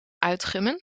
uitgummen